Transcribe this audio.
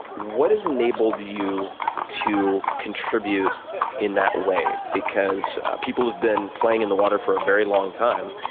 what has enabled you you to contribute in that way? because people have been playing in the water for a very long time.